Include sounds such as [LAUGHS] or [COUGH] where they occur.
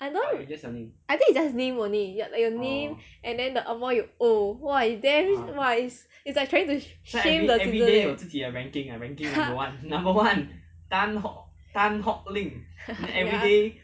I don't I think is just name only your name then the amount you owe !wah! is damn !wah! is like trying to shame the citizen eh [LAUGHS] ya